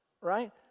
right